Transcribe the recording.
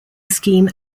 scheme